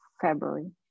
February